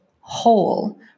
whole